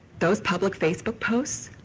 those public facebook posts,